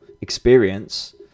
experience